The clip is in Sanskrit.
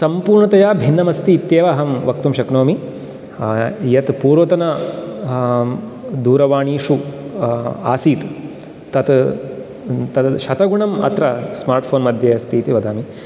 सम्पूर्णतया भिन्नमस्ति इत्येव अहं वक्तुं शक्नोमि यत् पूर्वतन दूरवाणीषु आसीत् तत् तत् शतगुणम् अत्र स्मार्ट् फ़ोन् मध्ये अस्ति इति वदामि